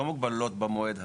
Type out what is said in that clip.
לא מוגבלות במועד הזה.